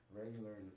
regular